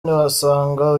ntiwasanga